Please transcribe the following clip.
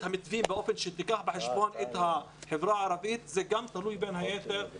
המתווים באופן שייקחו בחשבון את החברה הערבית וגם זה בין היתר תלוי בזה.